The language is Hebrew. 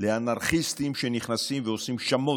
לאנרכיסטים שנכנסים ועושים שמות.